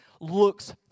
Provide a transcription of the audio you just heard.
looks